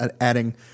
adding